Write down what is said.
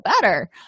better